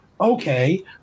okay